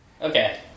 Okay